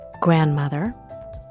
grandmother